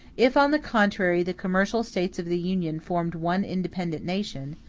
if, on the contrary, the commercial states of the union formed one independent nation,